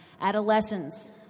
adolescents